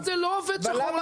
אבל זה לא עובד שחור-לבן.